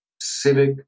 civic